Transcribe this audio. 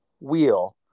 Wheel